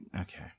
Okay